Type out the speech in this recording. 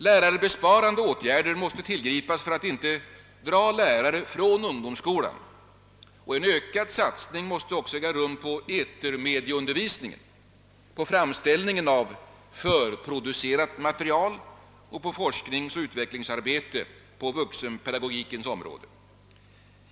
Lärarbesparande åtgärder måste tillgripas för att inte lärare skall dras från ungdomsskolan, och man måste satsa mera på etermediaundervisning, på framställning av förproducerat material och på forskningsoch utvecklingsarbete på vuxenpedagogikens område.